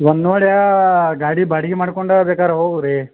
ಒಂದು ನೋಡ್ಯಾ ಗಾಡಿ ಬಾಡ್ಗಿ ಮಾಡ್ಕೊಂಡ ಬೇಕಾರೆ ಹೋಗು ರೀ